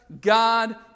God